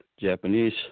Japanese